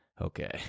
okay